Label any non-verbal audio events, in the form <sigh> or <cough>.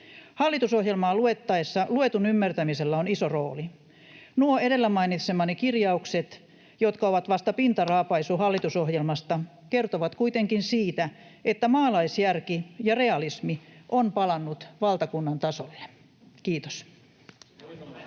Hallitusohjelmaa luettaessa luetun ymmärtämisellä on iso rooli. Nuo edellä mainitsemani kirjaukset, jotka ovat vasta pintaraapaisu <noise> hallitusohjelmasta, kertovat kuitenkin siitä, että maalaisjärki ja realismi on palannut valtakunnan tasolle. — Kiitos.